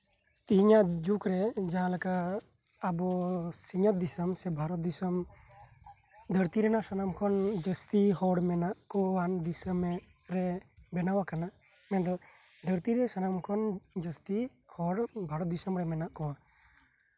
ᱛᱮᱹᱦᱮᱹᱧᱟᱜ ᱡᱩᱜᱽᱨᱮ ᱡᱟᱦᱟᱸᱞᱮᱠᱟ ᱟᱵᱚ ᱥᱤᱧ ᱚᱛ ᱫᱤᱥᱚᱢ ᱨᱮ ᱥᱮ ᱵᱷᱟᱨᱚᱛ ᱫᱤᱥᱚᱢ ᱫᱷᱟᱨᱛᱤ ᱨᱮᱱᱟᱜ ᱥᱟᱱᱟᱢ ᱠᱷᱚᱱ ᱡᱟᱥᱛᱤ ᱦᱚᱲ ᱢᱮᱱᱟᱜ ᱠᱚᱣᱟ ᱫᱤᱥᱚᱢ ᱨᱮ ᱵᱮᱱᱟᱣᱟᱠᱟᱱᱟ ᱢᱮᱱᱫᱚ ᱫᱷᱟᱨᱛᱤ ᱨᱮ ᱥᱟᱱᱟᱢ ᱠᱷᱚᱱ ᱡᱟᱥᱛᱤ ᱦᱚᱲ ᱫᱚ ᱵᱷᱟᱨᱚᱛ ᱫᱤᱥᱚᱢ ᱨᱮ ᱢᱮᱱᱟᱜ ᱠᱚᱣᱟ